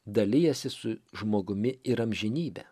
dalijasi su žmogumi ir amžinybe